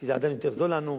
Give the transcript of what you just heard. כי זה עדיין יותר זול לנו,